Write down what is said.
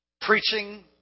preaching